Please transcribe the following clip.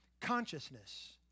consciousness